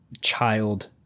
child